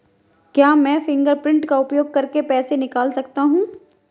क्या मैं फ़िंगरप्रिंट का उपयोग करके पैसे निकाल सकता हूँ?